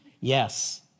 Yes